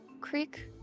Creek